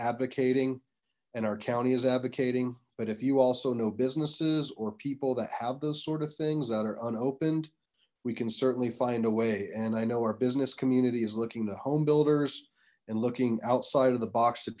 advocating and our county is advocating but if you also know businesses or people that have those sort of things that are unopened we can certainly find a way and i know our business community is looking to homebuilders and looking outside of the box to